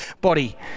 body